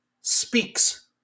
speaks